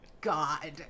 god